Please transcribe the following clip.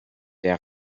der